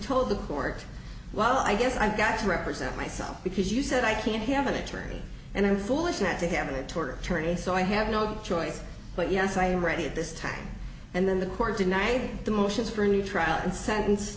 told the court well i guess i've got to represent myself because you said i can't have an attorney and i'm foolish not to have a tour tourney so i have no choice but yes i am ready at this time and then the court denying the motions for a new trial and sentence